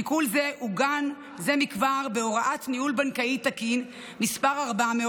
שיקול זה עוגן זה מכבר בהוראת ניהול בנקאי תקין מס' 400,